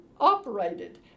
operated